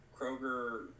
Kroger